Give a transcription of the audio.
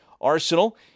arsenal